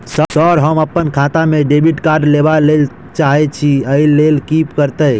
Sir हम अप्पन खाता मे डेबिट कार्ड लेबलेल चाहे छी ओई लेल की परतै?